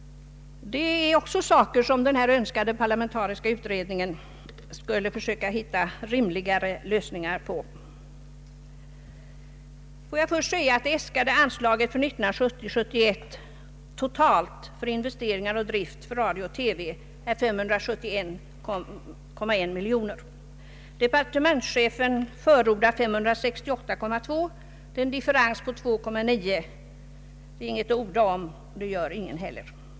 Det är också frågor som den önskade parlamentariska utredningen skulle försöka finna rimligare lösningar på. Får jag till att börja med säga att det äskade anslaget för 1970/71 totalt för investeringar och drift av radio och TV är 571,1 miljoner kronor. Departementschefen förordar 568,2 miljoner kronor. Det är alltså en differens på 2,9 miljoner kronor. Detta är inget att orda om och det gör ingen heller.